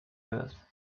earth